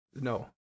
no